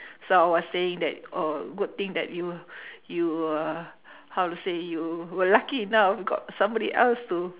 so I was saying that oh good thing that you uh you were how to say you were lucky enough who got somebody else to